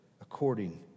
according